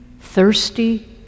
thirsty